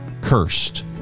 cursed